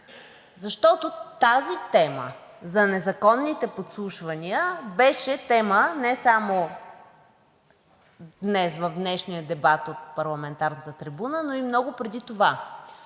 защото тази тема за незаконните подслушвания беше тема не само днес, в днешния дебат от парламентарната трибуна, но и много преди това.